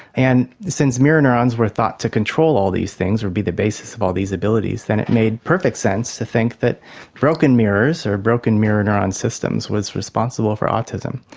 and since mirror neurons were thought to control all these things or be the basis of all of these abilities, then it made perfect sense to think that broken mirrors or broken mirror neuron systems was responsible for autism.